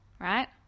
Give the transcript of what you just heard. right